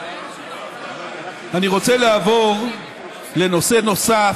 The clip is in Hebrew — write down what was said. אני רוצה לעבור לנושא נוסף,